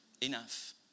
enough